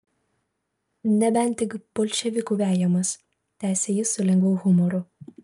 nebent tik bolševikų vejamas tęsė jis su lengvu humoru